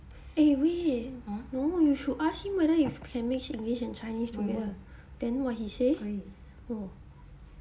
eh wait no you should ask him whether you can mix english and chinese together then what he say oh